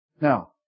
Now